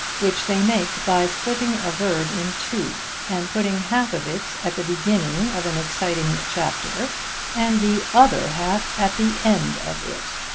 which they make by splitting a verb in two and putting half of it at the beginning of an exciting chapter and the other half at the end of it.